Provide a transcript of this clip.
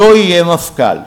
לא יהיה מפכ"ל.